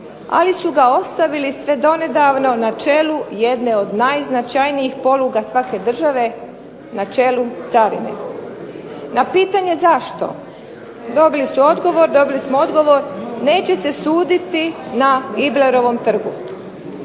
ali su ga ostavili sve donedavno na čelu jedne od najznačajnijih poluga svake države, na čelu carine. Na pitanje zašto dobili smo odgovor neće se suditi na Iblerovom trgu.